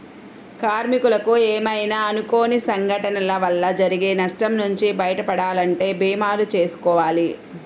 కార్మికులకు ఏమైనా అనుకోని సంఘటనల వల్ల జరిగే నష్టం నుంచి బయటపడాలంటే భీమాలు చేసుకోవాలి